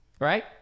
right